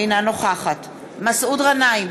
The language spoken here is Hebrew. אינה נוכחת מסעוד גנאים,